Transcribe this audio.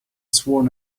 sworn